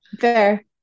Fair